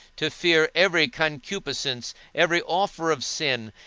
to fear every concupiscence, every offer of sin,